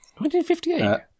1958